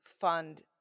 fund